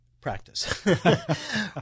practice